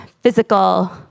physical